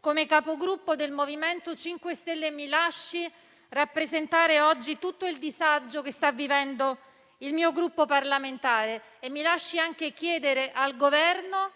come Capogruppo del MoVimento 5 Stelle mi lasci rappresentare oggi tutto il disagio che sta vivendo il mio Gruppo parlamentare. Mi lasci anche chiedere al Governo